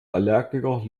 allergiker